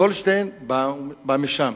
גולדשטיין בא משם,